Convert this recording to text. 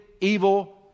evil